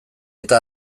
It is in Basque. eta